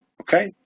Okay